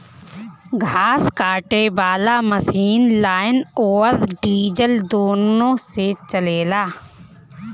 घास काटे वाला मशीन लाइन अउर डीजल दुनों से चलेला